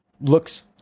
looks